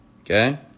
Okay